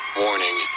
warning